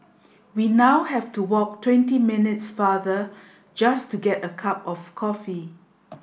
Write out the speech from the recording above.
we now have to walk twenty minutes farther just to get a cup of coffee